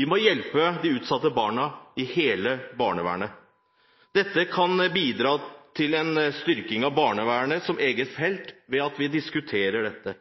Vi må hjelpe de utsatte barna i hele barnevernet. Dette kan bidra til en styrking av barnevernet som eget felt, ved at vi diskuterer dette.